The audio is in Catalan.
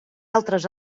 altres